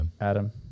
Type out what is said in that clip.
Adam